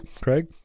Craig